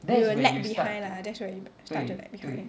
you will lag behind lah that's when you start to lag behind